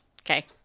Okay